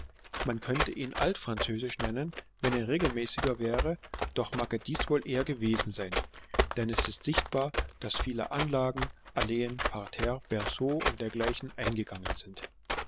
man könnte ihn altfranzösisch nennen wenn er regelmäßiger wäre doch mag er dies wohl eher gewesen sein denn es ist sichtbar daß viele anlagen alleen parterres berceaus und dergleichen eingegangen sind